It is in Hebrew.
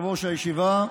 יושב-ראש הישיבה,